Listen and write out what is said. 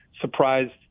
surprised